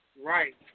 right